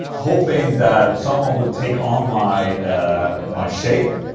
hoping that someone would take on my ah my shape,